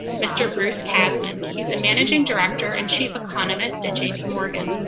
mr. bruce kasman. he is a managing director and chief economist at j p. morgan.